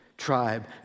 tribe